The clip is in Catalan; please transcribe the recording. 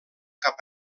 cap